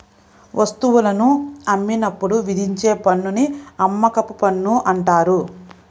వస్తువులను అమ్మినప్పుడు విధించే పన్నుని అమ్మకపు పన్ను అంటారు